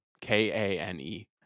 K-A-N-E